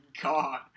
god